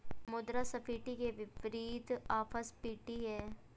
मुद्रास्फीति के विपरीत अपस्फीति है